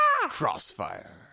Crossfire